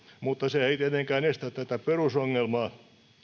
mutta se ei tietenkään estä tätä perusongelmaa